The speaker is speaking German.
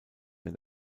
mehr